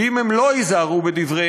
כי אם הם לא ייזהרו בדבריהם,